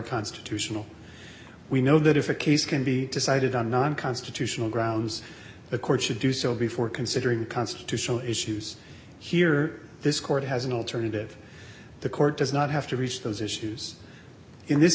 constitutional we know that if a case can be decided on nine constitutional grounds the court should do so before considering the constitutional issues here this court has an alternative the court does not have to reach those issues in this